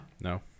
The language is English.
No